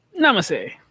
Namaste